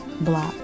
black